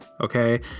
Okay